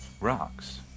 Rocks